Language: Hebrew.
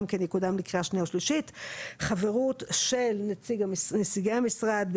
כן יקודם בקריאה שניה ושלישית חברות של נציגי המשרד,